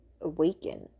awaken